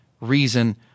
reason